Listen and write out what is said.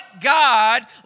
God